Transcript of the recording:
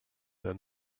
their